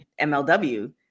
mlw